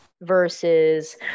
versus